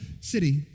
city